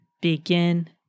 begin